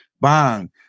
bang